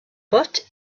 but